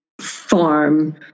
farm